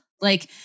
like-